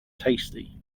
tasty